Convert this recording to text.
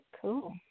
Cool